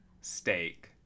steak